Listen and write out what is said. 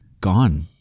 gone